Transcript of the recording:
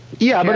yeah, but